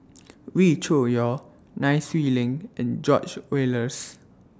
Wee Cho Yaw Nai Swee Leng and George Oehlers